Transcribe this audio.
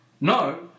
No